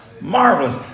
marvelous